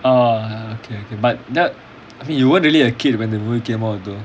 oh ya okay okay but that you weren't really a kid when the movie came out though